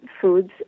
foods